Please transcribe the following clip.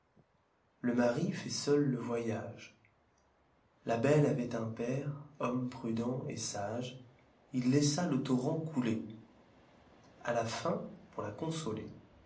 le mari'it seul le voyage la belle avait un père homme prudent et sage ii laissa je torrent couler a la fin pour la consoler